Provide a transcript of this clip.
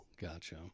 Gotcha